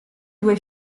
due